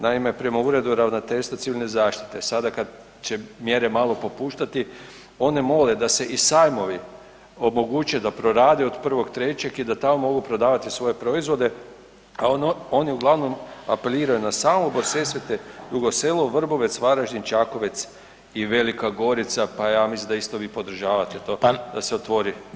Naime, prema Uredu ravnateljstva Civilne zaštite sada kad će mjere malo popuštati oni mole da se i sajmovi omoguće da prorade od 1.3. i da tamo mogu prodavati svoje proizvode, a oni uglavnom apeliraju na Samobor, Sesvete, Dugo Selo, Vrbovec, Varaždin, Čakovec i Velika Gorica, pa ja mislim da isto vi podržavate to da se otvori.